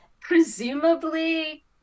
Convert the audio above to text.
Presumably